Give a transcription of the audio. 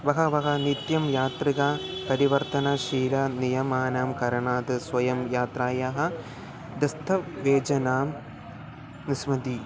बहवः नित्यं यात्रिका परिवर्तनशील नियमानां कारणात् स्वयं यात्रायाः दस्थवेजनां निर्माति